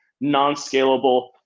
non-scalable